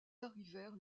arrivèrent